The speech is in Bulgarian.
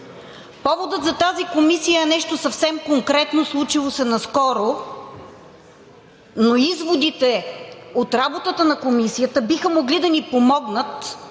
Поводът за тази комисия е нещо съвсем конкретно, случило се наскоро, но изводите от работата на комисията, биха могли да ни помогнат